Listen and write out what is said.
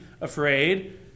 afraid